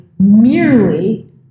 Merely